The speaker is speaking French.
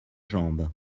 jambes